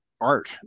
art